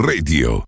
Radio